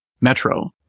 metro